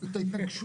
רגע.